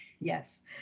yes